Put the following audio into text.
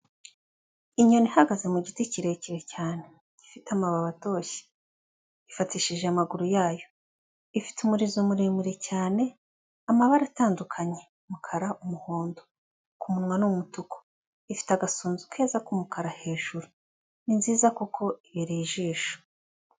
Inyoni ihagaze mu giti kirekire cyane. Gifite amababi atoshye. Ifatishije amaguru yayo. Ifite umurizo muremure cyane, amabara atandukanye: umukara, umuhondo. Ku munwa ni umutuku. Ifite agasunzu keza k'umukara hejuru. Ni nziza kuko ibereye ijisho.